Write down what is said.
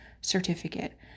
certificate